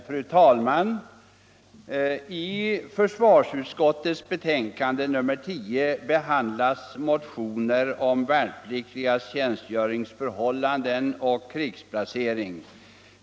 Fru talman! I försvarsutskottets betänkande nr 10 behandlas motioner = krigsplacering om värnpliktigas tjänstgöringsförhållanden och krigsplacering.